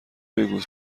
بگو